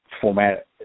format